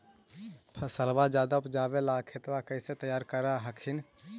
फसलबा ज्यादा उपजाबे ला खेतबा कैसे तैयार कर हखिन?